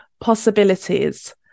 possibilities